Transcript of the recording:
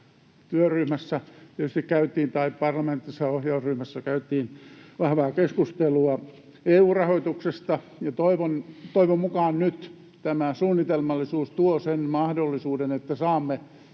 työryhmässä, tai parlamentaarisessa ohjausryhmässä, tietysti käytiin vahvaa keskustelua EU-rahoituksesta. Toivon mukaan nyt tämä suunnitelmallisuus tuo sen mahdollisuuden, että saamme